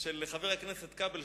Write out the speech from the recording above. של חבר הכנסת כבל,